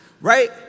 right